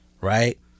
right